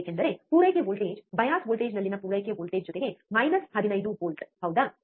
ಏಕೆಂದರೆ ಪೂರೈಕೆ voltage bias ವೋಲ್ಟೇಜ್ನಲ್ಲಿನ ಪೂರೈಕೆ ವೋಲ್ಟೇಜ್ ಜೊತೆಗೆ ಮೈನಸ್ 15 ವೋಲ್ಟ್ ಹೌದಾ